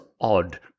odd